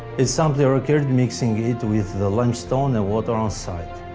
it simply required mixing it with the limestone and water on site,